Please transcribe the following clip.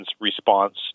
response